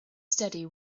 steady